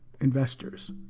investors